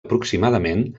aproximadament